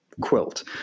quilt